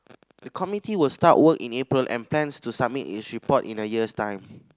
the committee will start work in April and plans to submit its report in a year's time